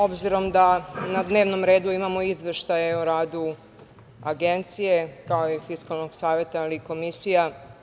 Obzirom da na dnevnom redu imamo izveštaje o radu Agencije, kao i Fiskalnog saveta, ali i komisija.